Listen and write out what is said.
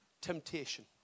temptation